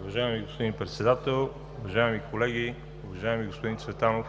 Уважаеми господин Председател, уважаеми колеги, уважаеми господин Цветанов!